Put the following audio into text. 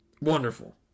Wonderful